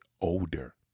older